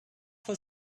for